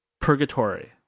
purgatory